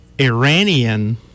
Iranian